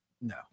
No